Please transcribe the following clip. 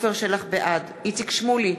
בעד איציק שמולי,